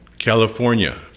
California